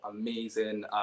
amazing